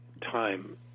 time